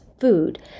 food